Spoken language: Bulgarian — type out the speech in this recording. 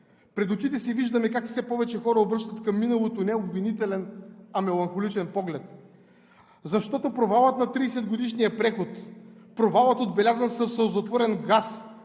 Пред очите си виждаме как все повече хора обръщат към миналото не обвинителен, а меланхоличен поглед. Защото провалът на 30-годишния преход – провалът, отбелязан със сълзотворен газ